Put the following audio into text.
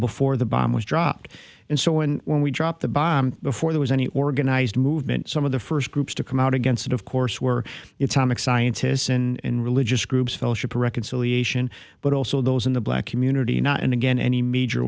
before the bomb was dropped and so and when we dropped the bomb before there was any organized movement some of the first groups to come out against it of course were its comic scientists and religious groups fellowship reconciliation but also those in the black community not and again any major